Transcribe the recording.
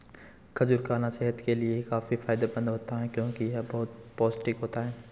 खजूर खाना सेहत के लिए काफी फायदेमंद होता है क्योंकि यह बहुत ही पौष्टिक होता है